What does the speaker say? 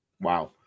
Wow